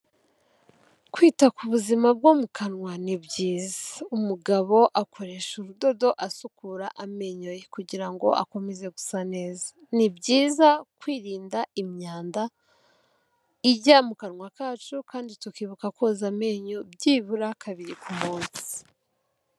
Kwita ku buzima bwo mu kanwa ni byiza, umugabo akoresha urudodo asukura amenyo ye, kugira ngo akomeze gusa, ni byiza kwirinda imyanda ijya mu kanwa kacu, kandi tukibuka koza amenyo byibura kabiri ku munsi.